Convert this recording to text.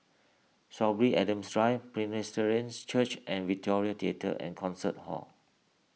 Sorby Adams Drive Presbyterians Church and Victoria theatre and Concert Hall